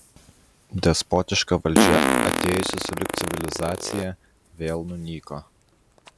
despotiška valdžia atėjusi sulig civilizacija vėl nunyko